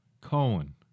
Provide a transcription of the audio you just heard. Cohen